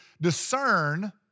discern